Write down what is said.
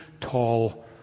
tall